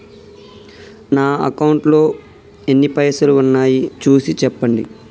నా అకౌంట్లో ఎన్ని పైసలు ఉన్నాయి చూసి చెప్పండి?